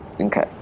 Okay